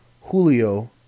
Julio